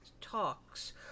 talks